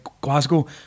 Glasgow